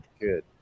Good